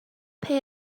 pay